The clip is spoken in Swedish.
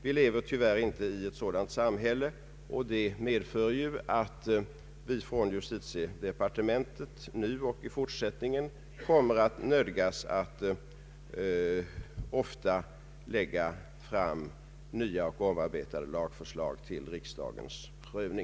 Vi lever tyvärr inte i ett sådant samhälle, och det medför att vi från justitiedepartementet nödgas att ofta lägga fram nya eller ändrade lagförslag för riksdagens prövning.